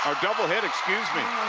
ordouble hit. excuse me.